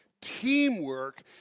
Teamwork